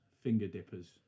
Finger-dippers